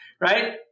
right